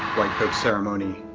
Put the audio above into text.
like hood ceremony